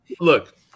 look